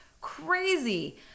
crazy